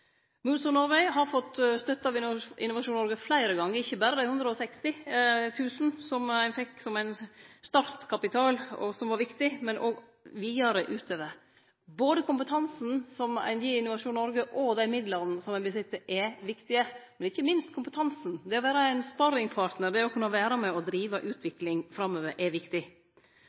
har fått støtte av Innovasjon Norge fleire gonger, ikkje berre dei 160 000 kr som dei fekk som startkapital, og som var viktig, men òg vidare utover. Både kompetansen ein gir i Innovasjon Norge, og dei midlane dei rår over, er viktige, men ikkje minst kompetansen. Det å vere ein sparringpartnar, det å kunne vere med og drive utvikling framover, er viktig.